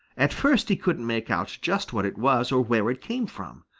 at first he couldn't make out just what it was or where it came from.